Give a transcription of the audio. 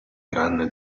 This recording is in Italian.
tranne